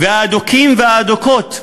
והאדוקים והאדוקות,